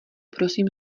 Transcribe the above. prosím